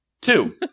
Two